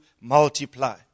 multiply